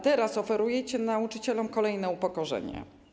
Teraz oferujecie nauczycielom kolejne upokorzenie.